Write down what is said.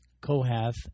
Kohath